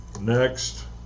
Next